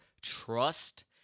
trust